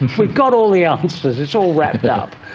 and we've got all the answers, it's all wrapped up,